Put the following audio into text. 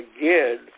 again